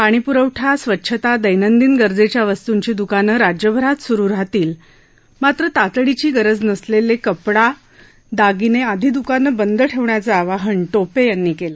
पाणीप्रवठा स्वच्छता दैनंदिन गरजेच्या वस्तूंची दुकानं राज्यभरात सुरू राहतील मात्र तातडीची गरज नसलेली कपडा दागिने आदी दुकानं बंद ठेवण्याचं आवाहन टोपे यांनी केलं